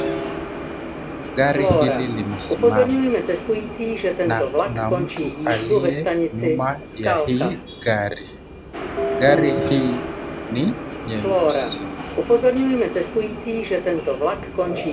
Gari hili limesimama, na kuna mtu aliye nyuma ya hii gari. Gari hii ni nyeusi.